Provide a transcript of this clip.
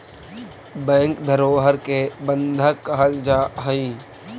bank धरोहर के बंधक कहल जा हइ